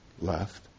left